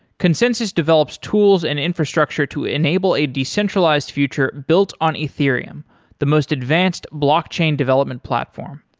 consensys develops tools and infrastructure to enable a decentralized future built on ethereum the most advanced blockchain development platform.